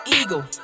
eagle